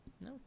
No